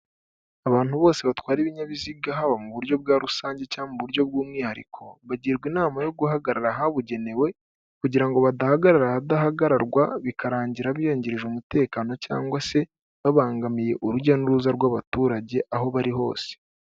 Abantu bose batwara ibinyabiziga haba mu buryo bwa rusange cyangwa buryo bw'umwihariko bagirwa inama yo guhagarara ahabugenewe kugira ngo badahagarara ahadahagararwa bikarangira biyangirije umutekano cyangwa se babangamiye urujya n'uruza rw'abaturage aho bari hose.